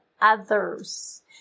others